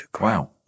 Wow